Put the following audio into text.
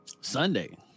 Sunday